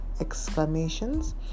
Exclamations